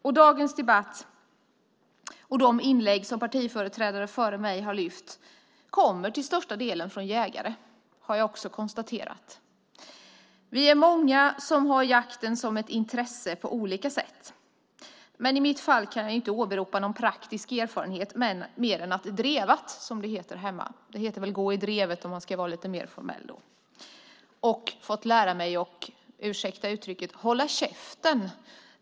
Jag kan konstatera att inläggen från partiföreträdare före mig i denna debatt till största delen har skett från jägare. Vi är många som har jakten som ett intresse på olika sätt. Men i mitt fall kan jag inte åberopa någon praktisk erfarenhet utom att jag har drevat, som det heter hemma. Det heter väl att man går i drevet, om man ska vara lite mer formell. Jag har då fått lära mig att - ursäkta uttrycket - hålla käften.